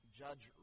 judge